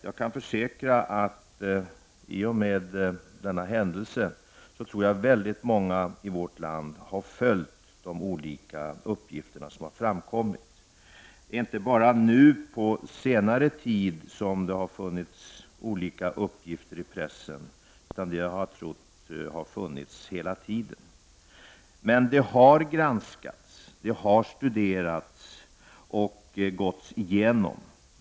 Jag kan försäkra att många människor i vårt land i och med denna händelse har följt de olika uppgifter som har framkommit. Det är inte bara på senare tid som det har funnits olika uppgifter i pressen, utan de har funnits hela tiden. Uppgifterna har granskats, de har studerats och gåtts igenom.